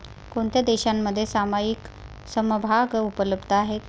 कोणत्या देशांमध्ये सामायिक समभाग उपलब्ध आहेत?